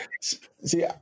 see